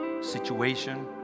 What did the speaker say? situation